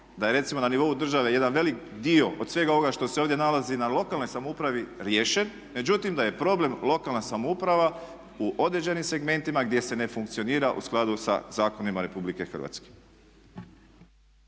da je recimo na nivou države jedan velik dio od svega ovoga što ste ovdje nalazi na lokalnoj samoupravi riješen, međutim da je problem lokalna samouprava u određenim segmentima gdje se ne funkcionira u skladu sa zakonima Republike Hrvatske.